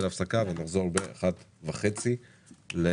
הישיבה ננעלה בשעה 13:20.